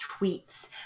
tweets